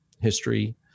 history